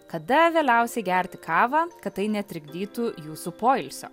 kada vėliausiai gerti kavą kad tai netrikdytų jūsų poilsio